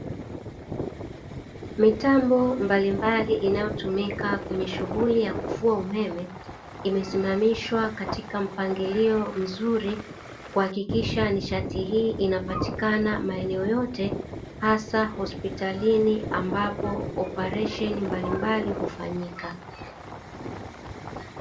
Mitambo mbalimbali inayotumika kwenye shughuli ya kufua umeme imesimamishwa katika mpangilio mzuri, kuhakikisha nishati hii inapatikana maeneo yote hasa hospitalini ambapo oparesheni mbalimbali hufanyika.